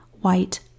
white